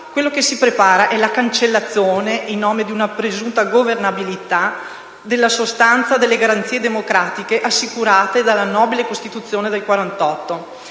Quello che si prepara è la cancellazione, in nome di una presunta governabilità, della sostanza delle garanzie democratiche assicurate dalla nobile Costituzione del